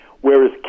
Whereas